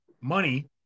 money